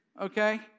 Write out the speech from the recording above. okay